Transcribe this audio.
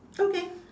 okay